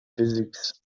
physics